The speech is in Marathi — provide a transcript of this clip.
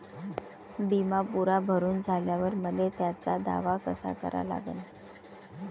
बिमा पुरा भरून झाल्यावर मले त्याचा दावा कसा करा लागन?